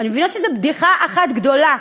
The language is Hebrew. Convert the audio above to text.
ואני מבינה שזו בדיחה אחת גדולה.